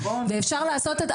ואפשר לעשות,